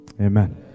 amen